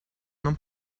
non